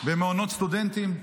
במעונות סטודנטים,